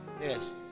Yes